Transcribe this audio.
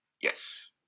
Yes